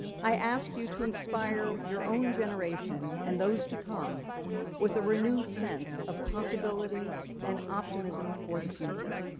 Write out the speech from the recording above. i ask you to inspire your own generation and those to come with a renewed sense of possibility and optimism for the future.